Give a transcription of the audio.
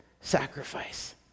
sacrifice